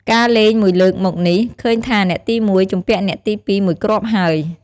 ការលេងមួយលើកមកនេះ ឃើញថាអ្នកទី១ ជំពាក់អ្នកទី២ មួយគ្រាប់ហើយ។